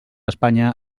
espanya